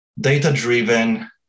data-driven